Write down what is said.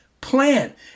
plan